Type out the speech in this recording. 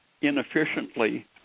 inefficiently